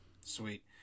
sweet